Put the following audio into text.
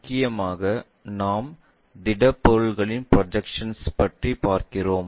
முக்கியமாக நாம் திடப்பொருட்களின் ப்ரொஜெக்ஷன்ஸ் பற்றிப் பார்க்கிறோம்